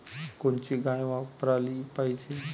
कोनची गाय वापराली पाहिजे?